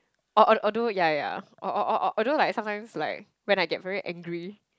Or although yeah yeah or or or or although like sometimes like when I get very angry